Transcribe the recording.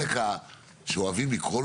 קראנו